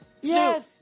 Yes